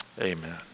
amen